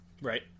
Right